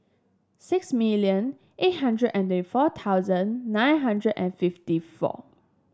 six million eight hundred and a four thousand nine hundred and fifty four